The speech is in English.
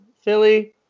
Philly